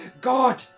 God